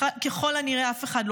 ככל הנראה, אף אחד לא חשב.